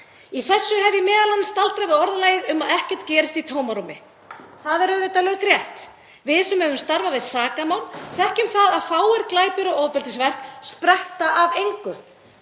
Í þessu hef ég m.a. staldrað við orðalagið um að ekkert gerist í tómarúmi. Það er auðvitað laukrétt. Við sem höfum starfað við sakamál þekkjum það að fáir glæpir og ofbeldisverk spretta af engu.